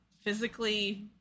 physically